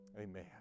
Amen